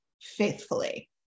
faithfully